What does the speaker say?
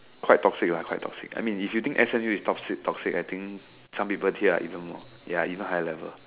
quite toxic lah quite toxic I mean if you think S_M_U is toxic toxic I think some people here are even more they are even higher level